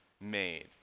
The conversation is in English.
made